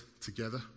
together